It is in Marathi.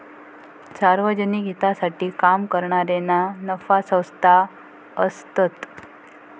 सार्वजनिक हितासाठी काम करणारे ना नफा संस्था असतत